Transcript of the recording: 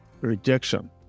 rejection